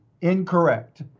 incorrect